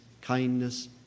kindness